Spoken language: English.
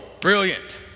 Brilliant